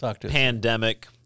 pandemic